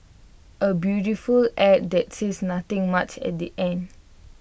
A beautiful Ad that says nothing much at the end